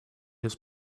his